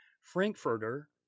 Frankfurter